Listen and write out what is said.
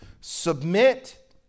Submit